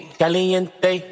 caliente